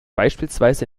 beispielsweise